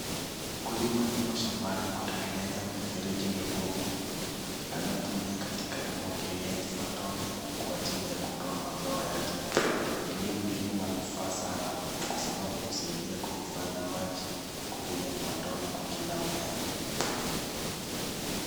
Mkulima yumo shambani kutengeneza mifereji mibofu anayotumia katika umwagiliaji matone kwa ajili ya kutoa mazao yake, iliyombinu manufaa sana kwa sababu husaidia kuhifadhi maji kwa vile ni matone kwa kila mmea.